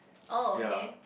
ya